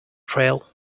trail